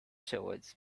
towards